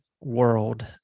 world